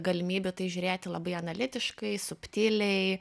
galimybė tai žiūrėti labai analitiškai subtiliai